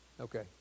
Okay